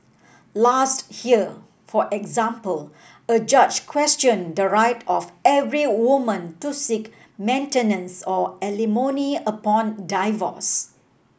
last year for example a judge questioned the right of every woman to seek maintenance or alimony upon divorce